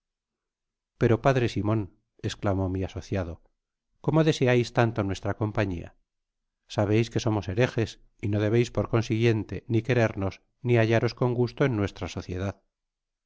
pero p simon esclamó mi asociado cómo deseais tanto nuestra compañia sabeis que somos herejes y no debeis por consiguiente ni querernos ni hallaros con gusto eu nuestra sociedad